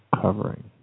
covering